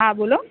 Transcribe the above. હાં બોલો